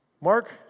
Mark